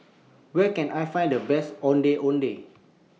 Where Can I Find The Best Ondeh Ondeh